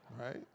Right